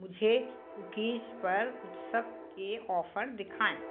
मुझे कुकीज़ पर उत्सव के ऑफ़र दिखाएँ